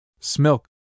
Smilk